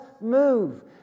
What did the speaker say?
move